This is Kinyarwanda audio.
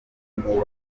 bakunzwe